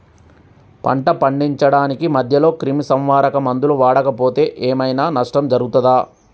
పంట పండించడానికి మధ్యలో క్రిమిసంహరక మందులు వాడకపోతే ఏం ఐనా నష్టం జరుగుతదా?